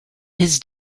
his